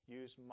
use